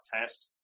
test